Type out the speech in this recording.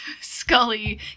scully